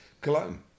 Cologne